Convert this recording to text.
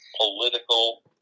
political